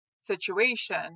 situation